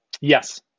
Yes